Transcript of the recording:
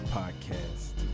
podcast